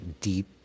deep